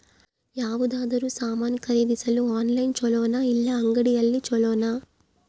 ಯಾವುದಾದರೂ ಸಾಮಾನು ಖರೇದಿಸಲು ಆನ್ಲೈನ್ ಛೊಲೊನಾ ಇಲ್ಲ ಅಂಗಡಿಯಲ್ಲಿ ಛೊಲೊನಾ?